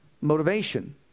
motivation